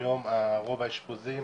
היום רוב האשפוזים